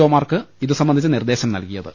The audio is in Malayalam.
ഒ മാർക്ക് ഇതുസംബന്ധിച്ച് നിർദ്ദേശം നൽകിയത്